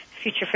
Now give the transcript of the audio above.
future